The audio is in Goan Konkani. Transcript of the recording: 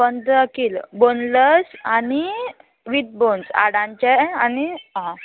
पंदरा किल्ल बोनलस आनी विथ बोन्स हाडांचे आनी आं